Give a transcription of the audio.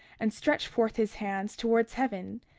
and stretch forth his hands towards heaven,